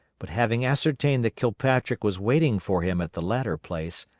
but having ascertained that kilpatrick was waiting for him at the latter place,